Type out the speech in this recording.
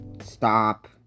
stop